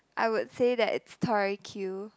I would say that it's Tori Q